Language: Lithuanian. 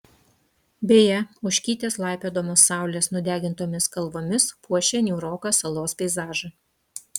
beje ožkytės laipiodamos saulės nudegintomis kalvomis puošia niūroką salos peizažą